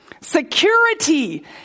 Security